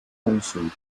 cónsul